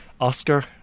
oscar